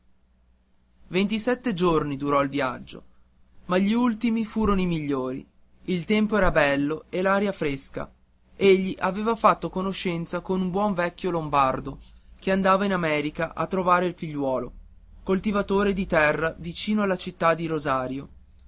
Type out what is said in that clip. ventisette giorni durò il viaggio ma gli ultimi furono i migliori il tempo era bello e l'aria fresca egli aveva fatto conoscenza con un buon vecchio lombardo che andava in america a trovare il figliuolo coltivatore di terra vicino alla città di rosario